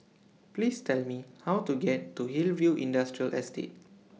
Please Tell Me How to get to Hillview Industrial Estate